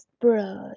blood